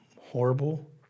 horrible